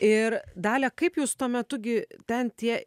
ir dalia kaip jūs tuo metu gi ten tie